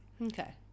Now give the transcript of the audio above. Okay